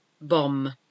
Bomb